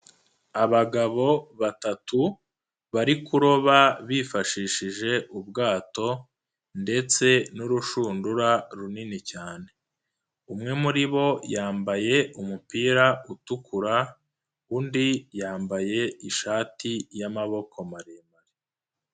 Abagabo batatu bari kuroba bifashishije ubwato ndetse n'urushundura runini cyane, umwe muri bo yambaye umupira utukura, undi yambaye ishati y'amaboko maremare.